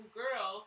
girl